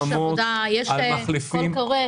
על חממות, על מחלפים.